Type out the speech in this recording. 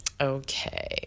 Okay